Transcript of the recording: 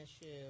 issue